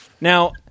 Now